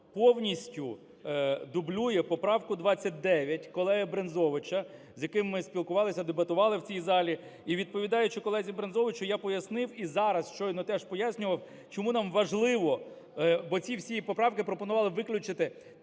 повністю дублює поправку 29 колегиБрензовича, з яким ми спілкувалися, дебатували в цій залі. І, відповідаючи колезі Брензовичу, я пояснив і зараз щойно теж пояснював, чому нам важливо, бо ці всі поправки пропонували виключити